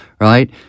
right –